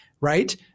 right